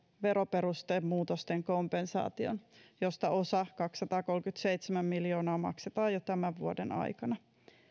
veroperustemuutosten kompensaation josta osa kaksisataakolmekymmentäseitsemän miljoonaa maksetaan jo tämän vuoden aikana